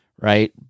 right